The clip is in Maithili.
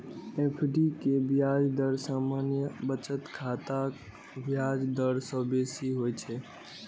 एफ.डी के ब्याज दर सामान्य बचत खाताक ब्याज दर सं बेसी होइ छै